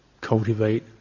cultivate